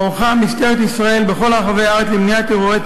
ערוכה משטרת ישראל בכל רחבי הארץ למניעת אירועי